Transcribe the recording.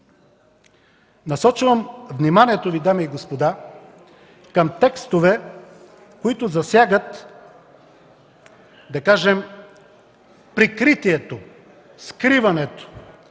насочвам вниманието Ви, дами и господа, към текстове, които засягат прикритието, скриването